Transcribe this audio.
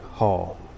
Hall